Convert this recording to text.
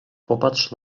popatrz